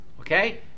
Okay